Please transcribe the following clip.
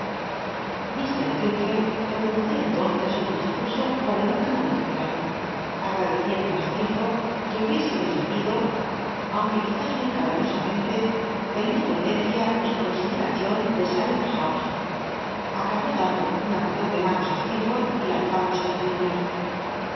mr crcakle pronunció entonces un discucso por el ócgano de tungay agadecicndo i stccrforth que hubiese defendido aunque c uizlis muy caloosamenle la independencia y consideracion de sa hos acabó dando un aprelon de manos ü stcerforth y lanzamos tres gritos